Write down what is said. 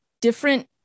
different